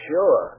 Sure